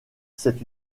c’est